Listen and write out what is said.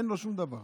אין לו שום דבר.